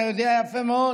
אתה יודע יפה מאוד